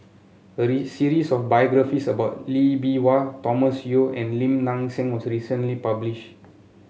a series of biographies about Lee Bee Wah Thomas Yeo and Lim Nang Seng was recently published